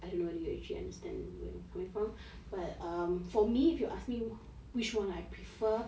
I don't know whether you actually understand where I'm coming from but um for me if you ask me which one I prefer